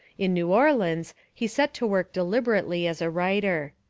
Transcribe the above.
in new orleans he set to work deliberately as a writer.